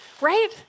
right